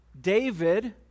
David